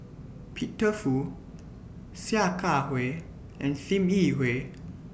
Peter Fu Sia Kah Hui and SIM Yi Hui